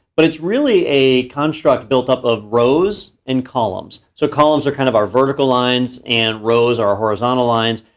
but it's really a construct built up of rows and columns. so columns are kind of our vertical lines, and rows are horizontal lines.